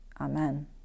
Amen